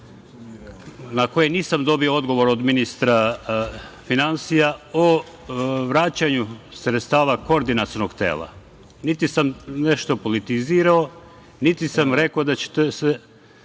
na koje nisam dobio odgovor od ministra finansija o vraćanju sredstava Koordinacionog tela, niti sam nešto politizirao, niti sam rekao da će to